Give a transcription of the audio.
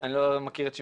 לא מכיר את שמך,